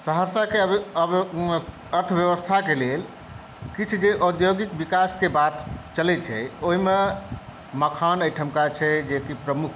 सहरसाकेअर्थव्यवस्थाके लेल किछु जे औद्योगिक विकासक बात चलै छै ओहिमे मखान एहिठमका छै जे कि प्रमुख